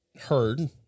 heard